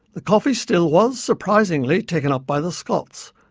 the coffey still was surprisingly taken up by the scots.